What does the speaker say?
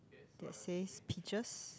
that says peaches